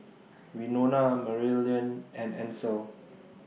Winona Maryellen and Ansel